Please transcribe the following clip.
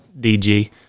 DG